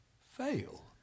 fail